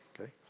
okay